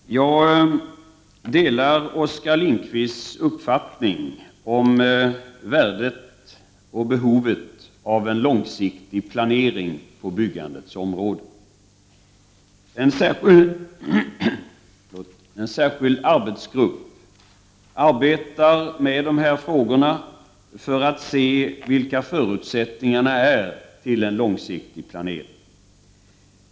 Fru talman! Jag delar Oskar Lindkvists uppfattning om värdet och behovet av en långsiktig planering på byggandets område. En särskild arbetsgrupp jobbar med dessa frågor för att undersöka vilka förutsättningar som finns för en långsiktig planering.